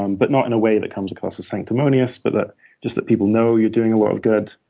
um but not in a way that comes across as sanctimonious, but just that people know you're doing a lot of good,